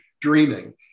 dreaming